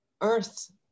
earth